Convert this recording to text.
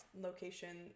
location